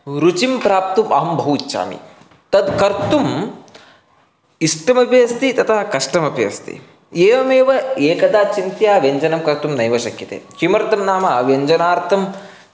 रुचिं प्राप्तुम् अहं बहु इच्छामि तद् कर्तुम् इष्टमपि अस्ति तथा कष्टमपि अस्ति एवमेव एकदा चिन्त्य व्यञ्जनं कर्तुं नैव शक्यते किमर्थं नाम व्यञ्जनार्थं